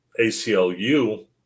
aclu